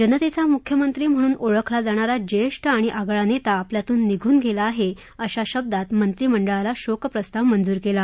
जनतेचा मुख्यमंत्री म्हणून ओळखला जाणारा ज्येष्ठ आणि आगळा नेता आपल्यातून निघून गेला आहे अशा शब्दात मंत्रिमंडळानं शोकप्रस्ताव मंजूर केला